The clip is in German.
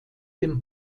dem